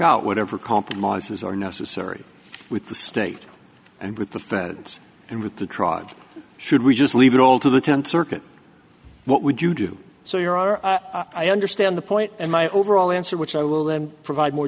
out whatever compromises are necessary with the state and with the feds and with the tribes should we just leave it all to the tenth circuit what would you do so your honor i understand the point and my overall answer which i will then provide more